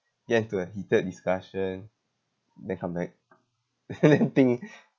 get into a heated discussion then come back think